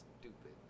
stupid